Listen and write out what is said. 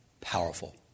Powerful